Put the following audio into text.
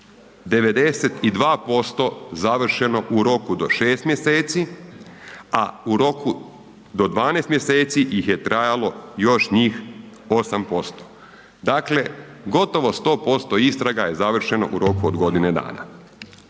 92% završeno u roku do 6. mjeseci, a u roku do 12. mjeseci ih je trajalo još njih 8%, dakle gotovo 100% istraga je završeno u roku od godine dana.